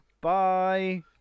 Bye